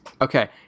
Okay